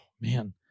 man